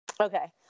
Okay